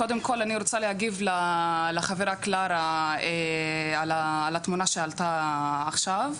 קודם כל אני רוצה להגיב לחברה קלרה על התמונה שעלתה עכשיו.